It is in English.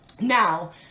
Now